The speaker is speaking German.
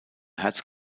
herz